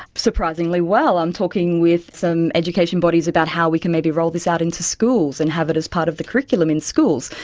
surprisingly well. i'm talking with some education bodies about how we can maybe roll this out into schools and have it as part of the curriculum in schools.